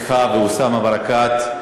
ואוסאמה ברכאת.